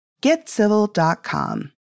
GetCivil.com